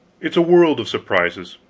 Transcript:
it's a world of surprises.